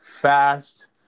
fast